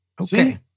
Okay